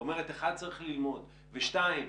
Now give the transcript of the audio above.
ואומרת: אחד, צריך ללמוד, שתיים,